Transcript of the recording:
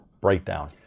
breakdown